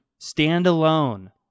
standalone